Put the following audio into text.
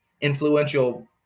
influential